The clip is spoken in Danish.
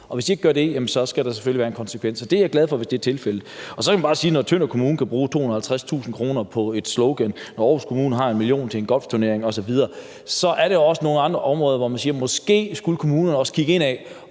og hvis de ikke gør det, så skal der selvfølgelig være en konsekvens. Og det er jeg glad for, hvis det er tilfældet. Så kan man bare sige, at når Tønder Kommune kan bruge 250.000 kr. på et slogan og Aarhus Kommune bruger 1 mio. kr. på en golfturnering osv., så er der også nogle områder, hvor man må sige: Måske skulle kommunerne også kigge indad